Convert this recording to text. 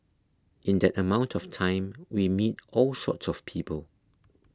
in that amount of time we meet all sorts of people